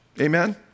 Amen